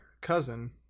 cousin